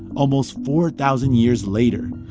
almost four thousand years later.